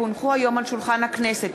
כי הונחו היום על שולחן הכנסת,